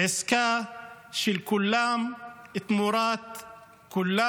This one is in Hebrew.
עסקה של כולם תמורת כולם.